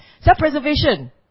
Self-preservation